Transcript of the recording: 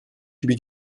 gibi